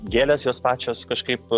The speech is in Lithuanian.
gėlės jos pačios kažkaip